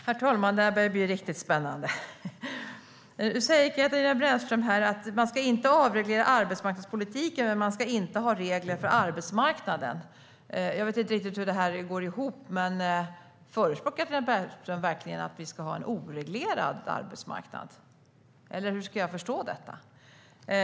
Herr talman! Det här börjar bli riktigt spännande. Katarina Brännström säger att man inte ska avreglera arbetsmarknadspolitiken men att man inte ska ha regler för arbetsmarknaden. Jag vet inte riktigt hur det här går ihop. Förespråkar Katarina Brännström verkligen att vi ska ha en oreglerad arbetsmarknad, eller hur ska jag förstå detta?